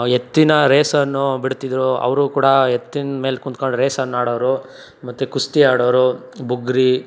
ಎತ್ತಿನ ರೇಸನ್ನು ಬಿಡ್ತಿದ್ದರು ಅವರೂ ಕೂಡ ಎತ್ತಿನ್ಮೇಲೆ ಕುತ್ಕೊಂಡ್ ರೇಸನ್ನ ಆಡೋರು ಮತ್ತು ಕುಸ್ತಿ ಆಡೋರು ಬುಗುರಿ